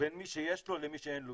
בין מי שיש לו למי שאין לו,